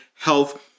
health